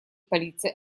полиции